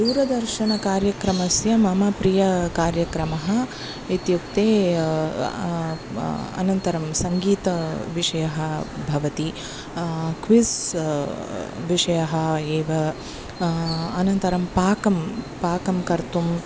दूरदर्शनकार्यक्रमस्य मम प्रियः कार्यक्रमः इत्युक्ते अनन्तरं सङ्गीतविषयः भवति क्विस् विषयः एव अनन्तरं पाकं पाकं कर्तुम्